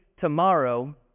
tomorrow